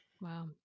wow